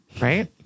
Right